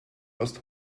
aus